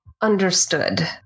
Understood